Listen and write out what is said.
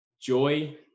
joy